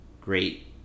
great